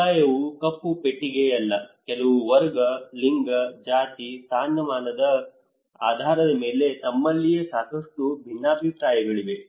ಸಮುದಾಯವು ಕಪ್ಪು ಪೆಟ್ಟಿಗೆಯಲ್ಲ ಕೆಲವು ವರ್ಗ ಲಿಂಗ ಜಾತಿ ಸ್ಥಾನಮಾನದ ಆಧಾರದ ಮೇಲೆ ತಮ್ಮಲ್ಲಿಯೇ ಸಾಕಷ್ಟು ಭಿನ್ನಾಭಿಪ್ರಾಯಗಳಿವೆ